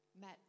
Matt